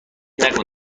نکن